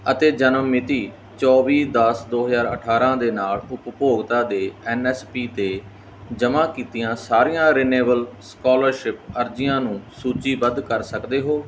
ਅਤੇ ਜਨਮ ਮਿਤੀ ਚੋਵੀ ਦਸ ਦੋ ਹਜ਼ਾਰ ਅਠਾਰਾਂ ਦੇ ਨਾਲ ਉਪਭੋਗਤਾ ਦੇ ਐਨ ਐਸ ਪੀ 'ਤੇ ਜਮ੍ਹਾਂ ਕੀਤੀਆਂ ਸਾਰੀਆਂ ਰਿਨਿਵੇਲ ਸਕਾਲਰਸ਼ਿਪ ਅਰਜ਼ੀਆਂ ਨੂੰ ਸੂਚੀਬੱਧ ਕਰ ਸਕਦੇ ਹੋ